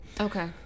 Okay